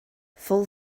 full